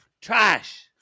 trash